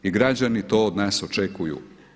I građani to od nas očekuju.